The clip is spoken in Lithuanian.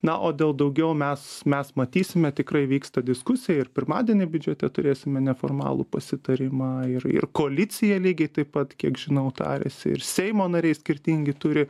na o dėl daugiau mes mes matysime tikrai vyksta diskusija ir pirmadienį biudžete turėsime neformalų pasitarimą ir ir koalicija lygiai taip pat kiek žinau tariasi ir seimo nariai skirtingi turi